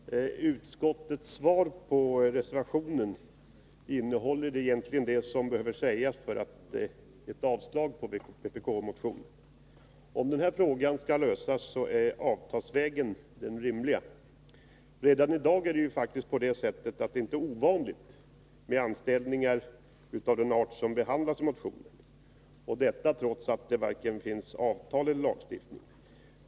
Fru talman! Utskottets svar på motionen innehåller det som behöver sägas som motiv för avslag på reservationen, nämligen att det rimliga är att frågan löses avtalsvägen. Redan i dag är det faktiskt på det sättet att det inte är ovanligt med anställningar av den art som behandlas i motionen och detta trots att det inte finns vare sig avtal eller lagstiftning.